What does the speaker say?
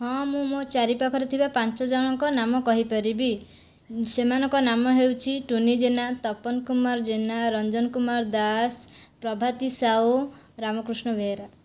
ହଁ ମୁଁ ମୋ' ଚାରି ପାଖରେ ଥିବା ପାଞ୍ଚଜଣଙ୍କ ନାମ କହିପାରିବି ସେମାନଙ୍କ ନାମ ହେଉଛି ଟୁନି ଜେନା ତପନ କୁମାର ଜେନା ରଞ୍ଜନ କୁମାର ଦାସ ପ୍ରଭାତୀ ସାହୁ ରାମକୃଷ୍ଣ ବେହେରା